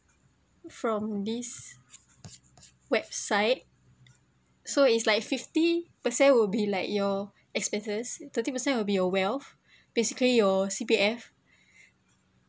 from this website so is like fifty percent will be like your expenses thirty percent will be your wealth basically your C_P_F